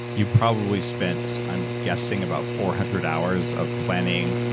you probably spent i'm guessing about four hundred hours of planning,